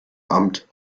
amt